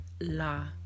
la